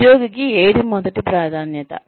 ఉద్యోగికి ఏది మొదటి ప్రాధాన్యత